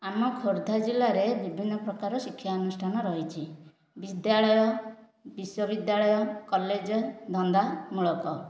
ଆମ ଖୋର୍ଦ୍ଧା ଜିଲ୍ଲାରେ ବିଭିନ୍ନ ପ୍ରକାର ଶିକ୍ଷାନୁଷ୍ଠାନ ରହିଛି ବିଦ୍ୟାଳୟ ବିଶ୍ୱବିଦ୍ୟାଳୟ କଲେଜ ଧନ୍ଦାମୂଳକ